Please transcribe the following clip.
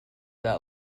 that